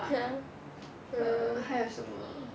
!huh! err 还有什么